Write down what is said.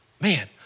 man